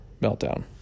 meltdown